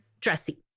dressy